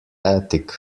attic